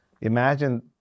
imagine